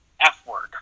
F-word